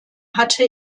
hatte